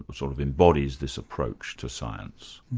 sort of embodies this approach to science.